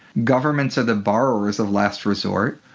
governments are the borrowers of last resort.